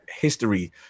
history